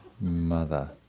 mother